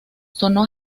sonó